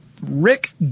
Rick